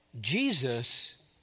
Jesus